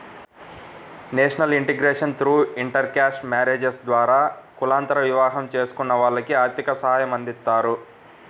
national integration through intercaste marriages ద్వారా కులాంతర వివాహం చేసుకున్న వాళ్లకి ఆర్థిక సాయమందిస్తారు